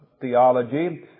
theology